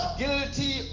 guilty